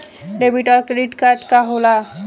Debit और credit card का होला?